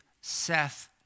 Seth